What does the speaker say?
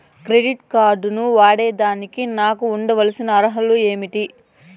Credit card ను వాడేదానికి నాకు ఉండాల్సిన అర్హతలు ఏమి?